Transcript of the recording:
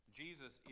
jesus